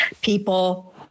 people